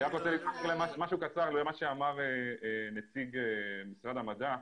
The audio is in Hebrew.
אני רוצה להתייחס לדברי נציג משרד המדע.